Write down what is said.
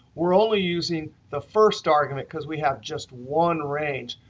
we're only using the first argument because we have just one range.